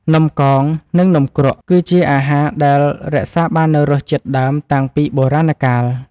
នំកង និងនំគ្រក់ គឺជាអាហារដែលរក្សាបាននូវរសជាតិដើមតាំងពីបុរាណកាល។